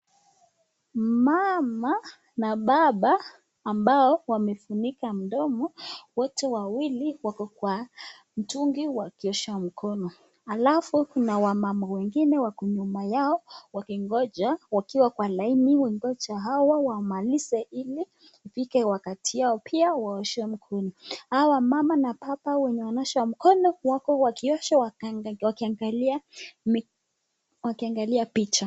Mama na baba ambao wamefunika mdomo wote wawili wako kwa mtungi wakiosha mkono alafu kuna wamama wengine wako nyuma yao wakingoja wakiwa kwa laini wakingoja hawa wamalize ili ifike wakati wao waoshe mkono pia. Hawa mama na baba wenye wanaosha mko wako wakiosha wakiangalia picha.